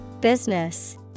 Business